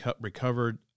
recovered